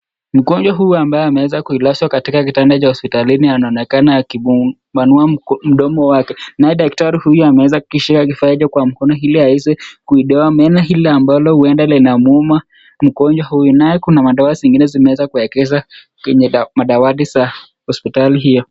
Mgonjwa huyu ambaye ameweza kulazwa katika kitanda cha hospitalini anaonekana akimpanua mdomo wake, naye daktari huyu ameweza kushika kifaa hicho kwa mkono ili aweze kuitoa meno ile ambalo huenda linamuuma mgonjwa huyu, naye kuna madawa zingine zimeweza kuegezwa kwenye madawati za hospitali hio.